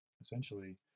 essentially